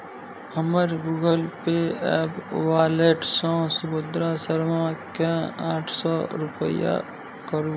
हमर Google Pay app वॉलेटसँ सुभद्रा शर्माकेँ आठ सए रुपैआ करू